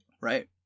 Right